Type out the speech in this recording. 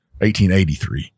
1883